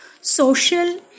social